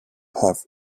have